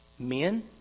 Men